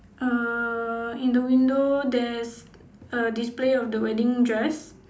err in the window there's a display of the wedding dress